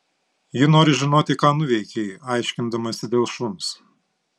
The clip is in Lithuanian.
ji nori žinoti ką nuveikei aiškindamasi dėl šuns